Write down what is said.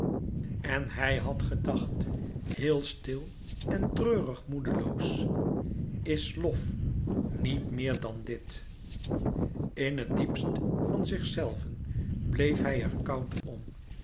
en hij had gedacht heel stil en treurigmoedeloos is lof niet meer dan dit in het diepst van zichzelven bleef hij er koud om